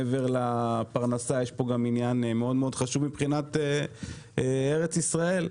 מעבר לפרנסה יש פה גם עניין מאוד חשוב מבחינת ארץ ישראל,